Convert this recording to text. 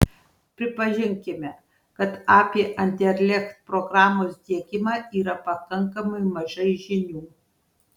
pripažinkime kad apie anderlecht programos diegimą yra pakankamai mažai žinių